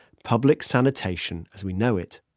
public sanitation as we know it.